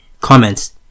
Comments